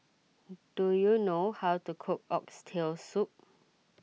do you know how to cook Oxtail Soup